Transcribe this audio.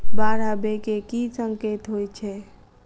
बाढ़ आबै केँ की संकेत होइ छै?